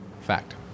fact